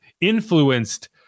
influenced